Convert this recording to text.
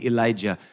Elijah